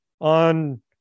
on